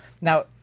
now